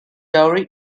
dowry